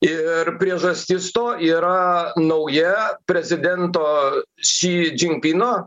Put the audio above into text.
ir priežastis to yra nauja prezidento ši džimpino